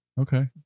Okay